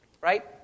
right